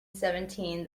seventeen